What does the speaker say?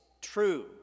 true